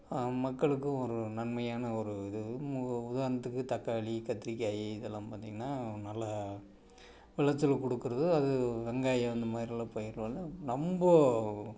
மக்களுக்கும் ஒரு நன்மையான ஒரு இது உதாரணத்துக்கு தக்காளி கத்திரிக்காயி இதெல்லாம் பார்த்தீங்கன்னா நல்லா விளைச்சல் கொடுக்கறது அது வெங்காயம் இந்த மாதிரிலாம் பயிறு வந்து நம்ப